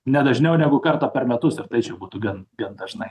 ne dažniau negu kartą per metus ir tai čia būtų gan gan dažnai